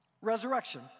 resurrection